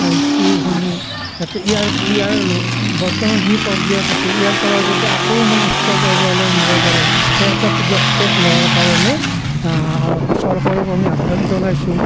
এই স্কুলসমূহ যাতে ইয়াৰ ইয়াৰ বৰ্তমান যি পৰ্যায়ত আছে ইয়াৰ পৰা যাতে আকৌ অলপমান উচ্চ পৰ্যায়লৈ নিব পাৰে সেই এটা পদক্ষেপ লোৱাৰ কাৰণে চৰকাৰক আমি আহ্বান জনাইছোঁ